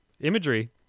imagery